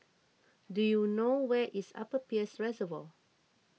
do you know where is Upper Peirce Reservoir